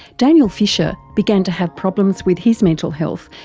daniel fisher began to have problems with his mental health,